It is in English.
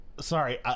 Sorry